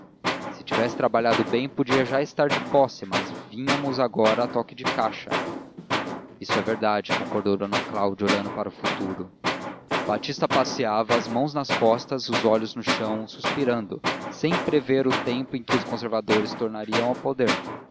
se tivesse trabalhado bem podia estar já de posse mas vínhamos agora a toque de caixa isso é verdade concordou d cláudia olhando para o futuro batista passeava as mãos nas costas os olhos no chão suspirando sem prever o tempo em que os conservadores tornariam ao poder